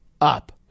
up